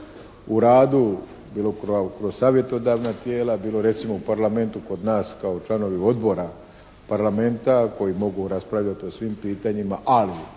u radu bilo kroz savjetodavna tijela, bilo recimo u Parlamentu kod nas kao članovi odbora Parlamenta koji mogu raspravljati o svim pitanjima, ali